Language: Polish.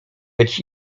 być